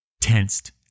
Tensed